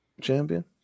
champion